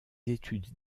études